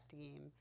theme